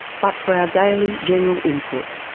but for our daily general input,